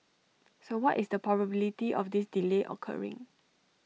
so what is the probability of this delay occurring